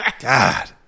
God